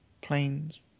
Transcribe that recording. Planes